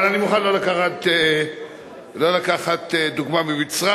אבל אני מוכן לא לקחת דוגמה ממצרים,